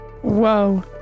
Whoa